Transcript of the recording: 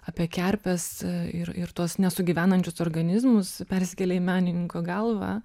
apie kerpes ir ir tuos nesugyvenančius organizmus persikėlė į menininko galvą